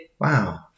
Wow